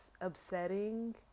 upsetting